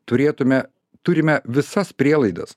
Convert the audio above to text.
turėtume turime visas prielaidas